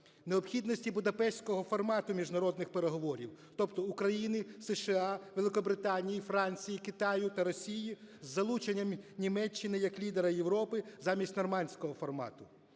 необхідності будапештського формату міжнародних переговорів, тобто України, США, Великобританії, Франції, Китаю та Росії з залученням Німеччини як лідера Європи замість нормандського формату;